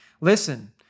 Listen